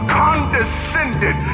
condescended